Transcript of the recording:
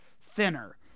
thinner